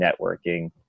networking